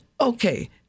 okay